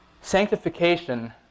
sanctification